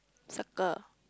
circle